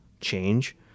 change